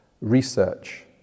research